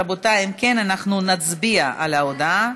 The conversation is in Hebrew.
רבותי, אם כן, נצביע על ההצעה.